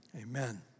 amen